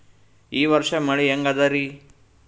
ಈ ವರ್ಷ ಮಳಿ ಹೆಂಗ ಅದಾರಿ?